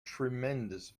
tremendous